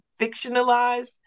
fictionalized